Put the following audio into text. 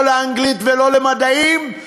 לא לאנגלית ולא למדעים.